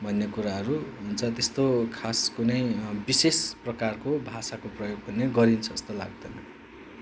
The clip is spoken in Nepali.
भन्ने कुराहरू हुन्छ त्यस्तो खास कुनै विशेष प्रकारको भाषाको प्रयोग भने गरिन्छ जस्तो लाग्दैन